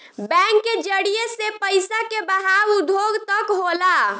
bank के जरिए से पइसा के बहाव उद्योग तक होला